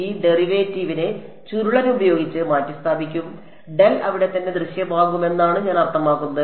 ഈ ഡെറിവേറ്റീവിനെ ചുരുളൻ ഉപയോഗിച്ച് മാറ്റിസ്ഥാപിക്കും ഡെൽ അവിടെത്തന്നെ ദൃശ്യമാകുമെന്നാണ് ഞാൻ അർത്ഥമാക്കുന്നത്